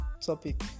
topic